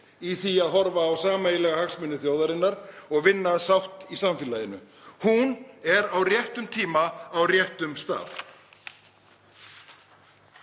í því að horfa á sameiginlega hagsmuni þjóðarinnar og vinna að sátt í samfélaginu. Hún er á réttum tíma á réttum stað.